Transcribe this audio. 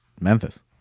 Memphis